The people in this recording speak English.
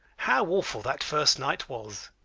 how awful that first night was.